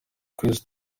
twese